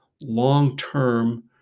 long-term